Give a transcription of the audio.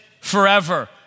forever